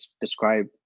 describe